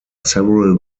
several